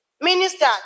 Minister